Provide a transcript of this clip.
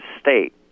state